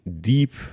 deep